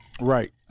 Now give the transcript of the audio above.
right